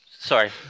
Sorry